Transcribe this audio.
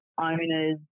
owners